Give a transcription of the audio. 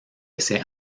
ese